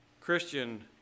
Christian